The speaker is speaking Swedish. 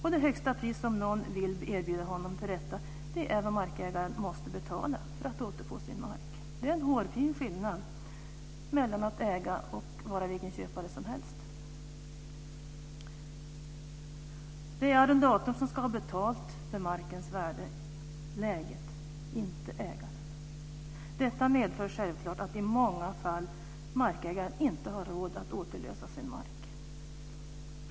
Och det högsta pris som någon vill erbjuda honom för detta är vad markägaren måste betala för att återfå sin mark. Det är en hårfin skillnad mellan att äga och att vara vilken köpare som helst. Det är arrendatorn som ska ha betalt för markens värde och läge, inte ägaren. Detta medför självklart att markägaren i många fall inte har råd att återlösa sin mark.